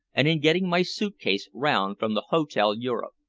and in getting my suit-case round from the hotel europe.